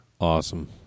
Awesome